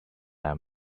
i’m